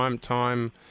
Time